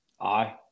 Aye